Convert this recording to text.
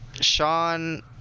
Sean